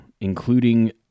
including